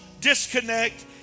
Disconnect